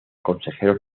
consejeros